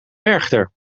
werchter